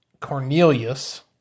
Cornelius